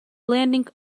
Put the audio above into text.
landing